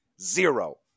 Zero